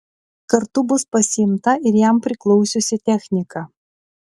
kartu bus pasiimta ir jam priklausiusi technika